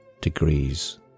degrees